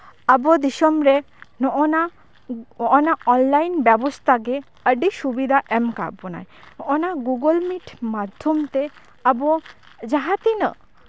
ᱟᱵᱚ ᱫᱤᱥᱚᱢ ᱨᱮ ᱱᱚᱜᱼᱚ ᱱᱟ ᱱᱚᱜᱼᱚ ᱱᱟ ᱚᱱᱞᱟᱭᱤᱱ ᱵᱮᱵᱚᱥᱛᱷᱟ ᱜᱮ ᱟᱹᱰᱤ ᱥᱩᱵᱤᱫᱷᱟ ᱮᱢ ᱠᱟᱜ ᱵᱚᱱᱟᱭ ᱦᱚᱸᱜᱼᱚ ᱱᱟ ᱜᱩᱜᱩᱞ ᱢᱤᱴ ᱢᱟᱫᱽᱫᱷᱚᱢ ᱛᱮ ᱟᱵᱚ ᱡᱟᱦᱟᱸ ᱛᱤᱱᱟᱹᱜ